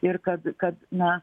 ir kad kad na